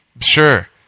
Sure